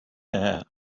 air